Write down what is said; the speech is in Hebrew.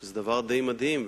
שזה דבר די מדהים.